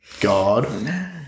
God